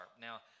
Now